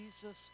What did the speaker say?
Jesus